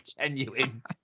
genuine